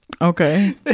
Okay